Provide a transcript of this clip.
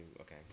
okay